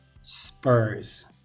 Spurs